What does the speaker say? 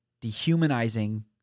dehumanizing